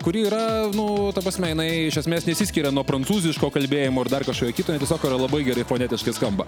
kuri yra nu ta prasme jinai iš esmės nesiskiria nuo prancūziško kalbėjimo ar dar kažkokio kito tiesiog yra labai gerai fonetiškai skamba